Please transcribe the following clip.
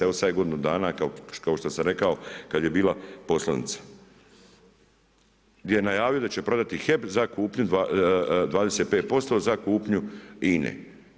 Evo sad je godinu dana kao što sam rekao kad je bila poslanica, gdje je najavio da će prodati HEP za kupnju 25% za kupnju INA-e.